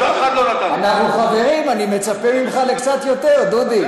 אנחנו חברים, אני מצפה ממך לקצת יותר, דודי.